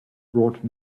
brought